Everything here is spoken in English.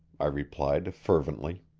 i replied fervently.